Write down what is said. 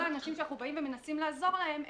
כל האנשים שאנחנו מנסים לעזור להם יגידו: